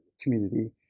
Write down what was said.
community